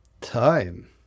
Time